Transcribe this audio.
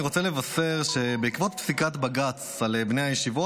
אני רוצה לבשר שבעקבות פסיקת בג"ץ על בני הישיבות,